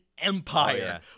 Empire